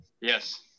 Yes